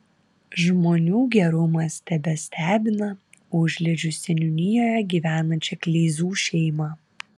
žmonių gerumas tebestebina užliedžių seniūnijoje gyvenančią kleizų šeimą